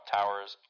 Towers